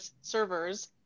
servers